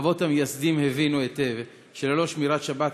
האבות המייסדים הבינו היטב שללא שמירת שבת,